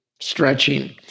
stretching